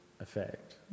effect